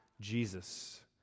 Jesus